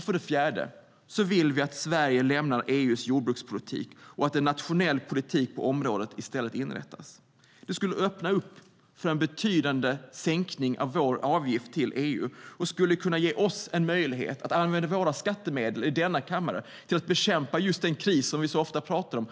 För det fjärde vill vi att Sverige lämnar EU:s jordbrukspolitik och att en nationell politik på området i stället inrättas. Det skulle öppna för en betydande sänkning av vår avgift till EU och ge oss en möjlighet att använda våra skattemedel till att bekämpa den kris och arbetslöshet som vi så ofta talar om